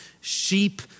sheep